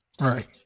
Right